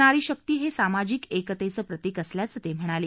नारी शक्ती हे सामाजिक एकतेचं प्रतिक असल्याचं ते म्हणाले